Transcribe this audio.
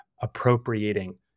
appropriating